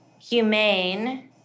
humane